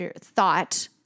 thought